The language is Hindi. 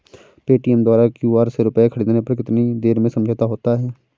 पेटीएम द्वारा क्यू.आर से रूपए ख़रीदने पर कितनी देर में समझौता होता है?